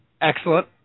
Excellent